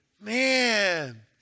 Man